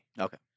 Okay